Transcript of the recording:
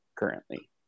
Currently